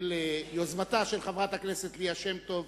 ביוזמתה של חברת הכנסת ליה שמטוב,